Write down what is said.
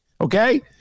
Okay